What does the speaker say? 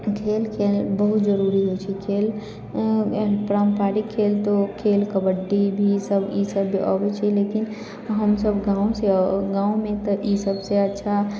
खेल खेलनाइ बहुत जरुरी होइ छै खेल पारम्परिक खेल तऽ खेल कबड्डी ही ई सब ई सब अबै छै लेकिन हम सब गाँवसँ गाँवमे तऽ ई सबसँ अच्छा